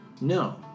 No